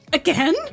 again